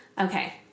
Okay